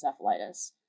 encephalitis